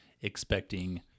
expecting